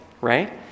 right